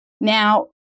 now